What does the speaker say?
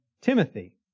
Timothy